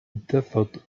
differed